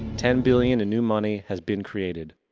ten billion in new money has been created.